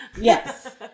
yes